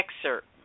excerpt